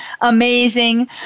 amazing